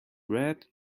red